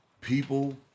people